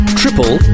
triple